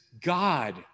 God